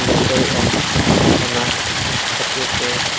ᱠᱚᱵᱚᱱ ᱵᱟᱹᱭᱥᱟᱹᱣᱮᱜᱼᱟ ᱚᱱᱟ ᱠᱷᱟᱹᱛᱤᱨ ᱛᱮ